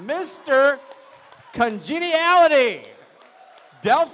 mr congeniality del